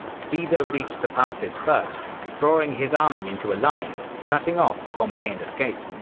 caesar reached the passes first, drawing his army into a line, cutting off the pompeian escape.